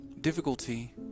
Difficulty